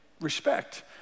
respect